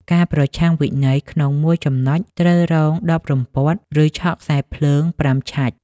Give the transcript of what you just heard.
ការប្រឆាំងវិន័យក្នុងមួយចំណុច ត្រូវរង ១០ រំពាត់ ឬឆក់ខ្សែរភ្លើង ៥ ឆាច់ ។